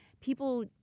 people